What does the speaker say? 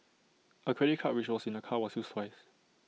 A credit card which was in the car was used twice